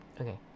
Okay